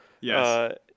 Yes